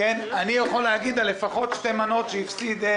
אני יכול להגיד על לפחות שתי מנות שהפסידה